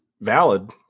valid